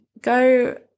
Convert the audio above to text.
go